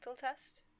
test